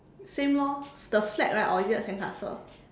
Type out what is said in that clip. same lor the flag right or is it the sandcastle